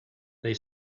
they